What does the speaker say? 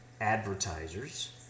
advertisers